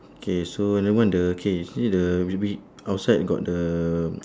K so another one the K see the outside got the